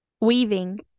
weaving